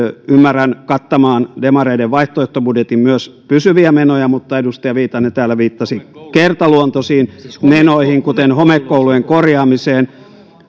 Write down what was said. ymmärrän kattamaan demareiden vaihtoehtobudjetin myös pysyviä menoja mutta edustaja viitanen täällä viittasi kertaluontoisiin menoihin kuten homekoulujen korjaamiseen